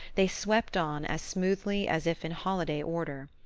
they swept on as smoothly as if in holiday order.